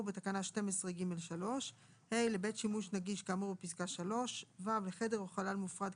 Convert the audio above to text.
בתקנה 12ג(3); לבית שימוש נגיש כאמור בפסקה (3); (ו)לחדר או חלל מופרד,